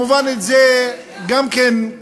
זה כמובן גם כן,